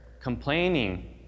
complaining